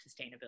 sustainability